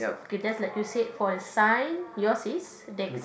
okay just like you said for the sign yours is decks